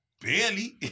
Barely